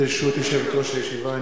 ברשות יושבת-ראש הישיבה,